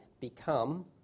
become